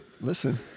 Listen